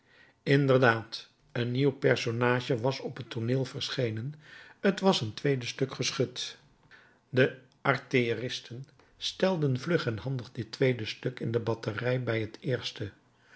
inderdaad een nieuw personage was op t tooneel verschenen t was een tweede stuk geschut de artilleristen stelden vlug en handig dit tweede stuk in batterij bij het eerste